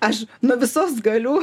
aš nuo visos galiu